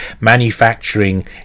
manufacturing